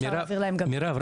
מירב,